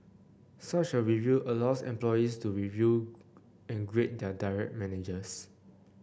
such a review allows employees to review and grade their direct managers